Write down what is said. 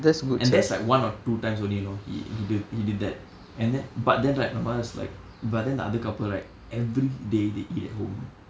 and that's like one or two times only you know he he did he did that and then but then right my mother's like but then the other couple right every day they eat at home